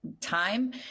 Time